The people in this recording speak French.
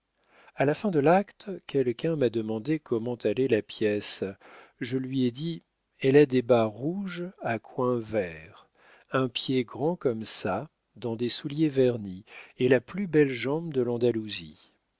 a la fin de l'acte quelqu'un m'a demandé comment allait la pièce je lui ai dit elle a des bas rouges à coins verts un pied grand comme ça dans des souliers vernis et la plus belle jambe de l'andalousie